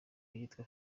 yitwa